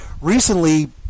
recently